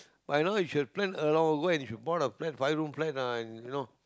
by now you should plan uh go and should bought a flat five room flat ah you know